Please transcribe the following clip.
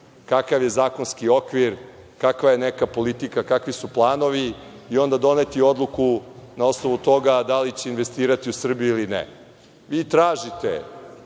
kakav je zakonski okvir, kakva je neka politika, kakvi su planovi i onda doneti odluku na osnovu toga da li će investirati u Srbiju ili ne. Vi tražite